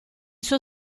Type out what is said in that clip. suo